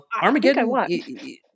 Armageddon